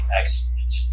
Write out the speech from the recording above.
excellent